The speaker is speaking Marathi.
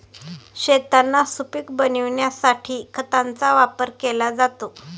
शेतांना सुपीक बनविण्यासाठी खतांचा वापर केला जातो